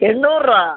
എണ്ണൂറ് രൂപ